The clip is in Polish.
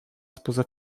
spoza